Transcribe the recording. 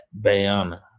Bayana